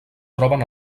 troben